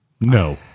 No